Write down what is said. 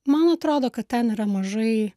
man atrodo kad ten yra mažai